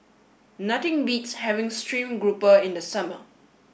nothing beats having stream grouper in the summer